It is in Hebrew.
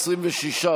26,